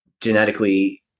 genetically